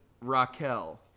Raquel